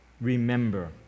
remember